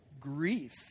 grief